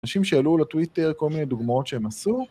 אנשים שעלו לטוויטר כל מיני דוגמאות שהם עשו.